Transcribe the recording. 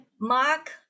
mark